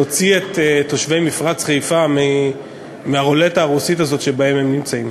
נוציא את תושבי מפרץ חיפה מהרולטה הרוסית הזאת שבה הם נמצאים.